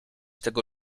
tego